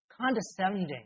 condescending